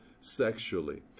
sexually